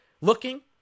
looking